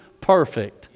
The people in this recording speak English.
perfect